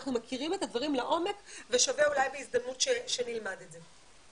אנחנו מכירים את הדברים לעומק ושווה אולי בהזדמנות שנלמד את זה.